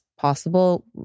Possible